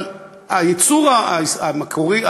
אבל הייצור המקורי,